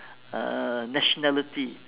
uh nationality